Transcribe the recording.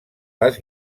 les